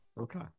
Okay